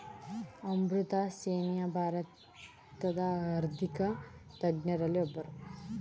ಅಮರ್ತ್ಯಸೇನ್ ಭಾರತದ ಆರ್ಥಿಕ ತಜ್ಞರಲ್ಲಿ ಒಬ್ಬರು